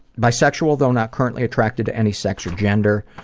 bisexual, though not currently attracted to any sex or gender,